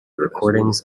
recordings